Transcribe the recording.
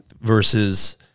versus